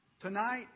tonight